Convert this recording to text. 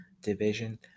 division